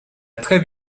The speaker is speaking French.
trêve